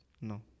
No